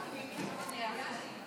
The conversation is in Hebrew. תעלה להצבעה.